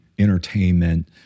Entertainment